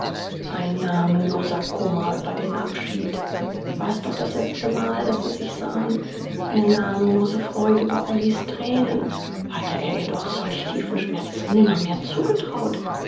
ein namenloser kummer über den abschied war es doch das letztemal daß sie sich sahen eine namenlose freude über ollys tränen hatte er ihr doch solch tiefen schmerz nimmermehr zugetraut